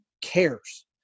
cares